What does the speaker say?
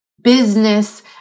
business